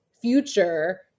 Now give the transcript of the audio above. future